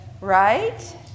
right